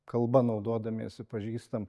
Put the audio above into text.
kalba naudodamiesi pažįstam